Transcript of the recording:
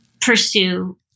pursue